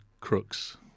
Crooks